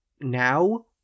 now